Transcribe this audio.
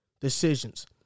decisions